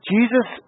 Jesus